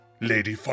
Lady